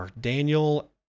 Daniel